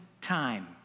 time